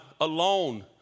alone